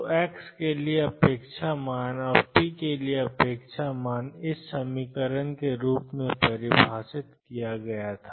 तो x के लिए अपेक्षा मान और p के अपेक्षा मान को ∞x2xdx के रूप में परिभाषित किया गया था